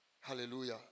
Hallelujah